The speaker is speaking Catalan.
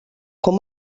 com